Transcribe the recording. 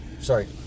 Sorry